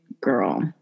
girl